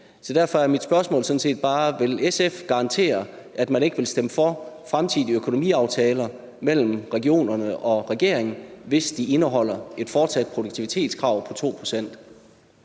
Derfor er mit spørgsmål sådan set bare: Vil SF garantere, at man ikke vil stemme for fremtidige økonomiaftaler mellem regionerne og regeringen, hvis de indeholder et fortsat produktivitetskrav på 2 pct.?